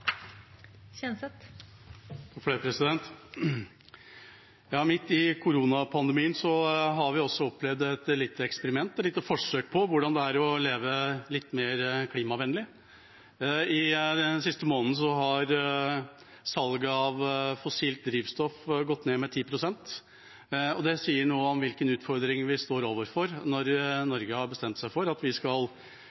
Midt i koronapandemien har vi også opplevd et lite eksperiment, et lite forsøk på hvordan det er å leve litt mer klimavennlig. I den siste måneden har salget av fossilt drivstoff gått ned med 10 pst. Det sier noe om hvilke utfordringer vi står overfor når